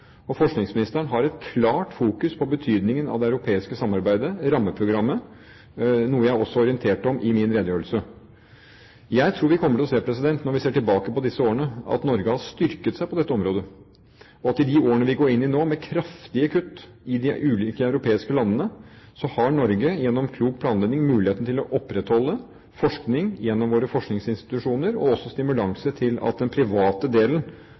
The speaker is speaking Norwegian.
Forskningsministeren har et klart fokus på betydningen av det europeiske samarbeidet, rammeprogrammet, noe jeg også orienterte om i min redegjørelse. Jeg tror vi kommer til å se, når vi ser tilbake på disse årene, at Norge har styrket seg på dette området, og at i de årene vi går inn i nå, med kraftige kutt i de ulike europeiske landene, har Norge gjennom klok planlegging muligheten til å opprettholde forskning gjennom våre forskningsinstitusjoner og også stimulanser til at den private delen